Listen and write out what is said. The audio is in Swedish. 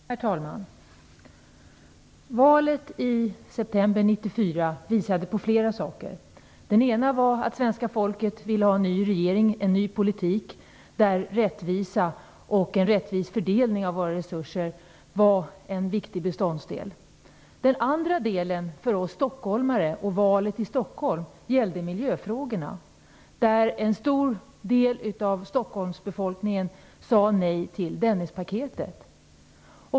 Herr talman! Valet i september 1994 visade på flera saker. En är att svenska folket ville ha en ny regering och en ny politik där rättvisa och en rättvis fördelning av våra resurser är en viktig beståndsdel. En annan sak för oss stockholmare och valet i Stockholm är miljöfrågorna. En stor del av stockholmsbefolkningen sade nej till Dennispaketet.